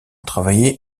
travailler